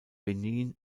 benin